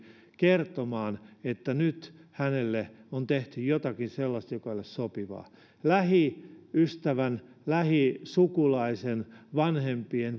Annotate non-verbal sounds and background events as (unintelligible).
kertomaan että nyt hänelle on tehty jotakin sellaista mikä ei ole sopivaa lähiystävän lähisukulaisen vanhempien (unintelligible)